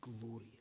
glory